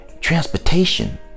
transportation